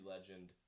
legend